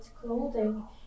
clothing